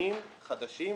נתונים חדשים.